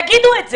תגידו את זה.